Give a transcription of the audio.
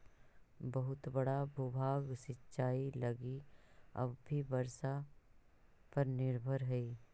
बहुत बड़ा भूभाग सिंचाई लगी अब भी वर्षा पर निर्भर हई